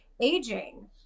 aging